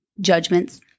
judgments